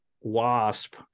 wasp